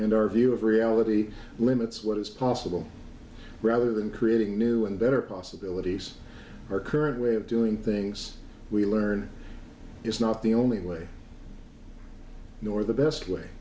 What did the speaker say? and our view of reality limits what is possible rather than creating new and better possibilities our current way of doing things we learn is not the only way nor the best way